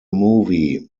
movie